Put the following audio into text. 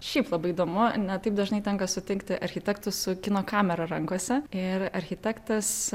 šiaip labai įdomu ne taip dažnai tenka sutikti architektų su kino kamera rankose ir architektas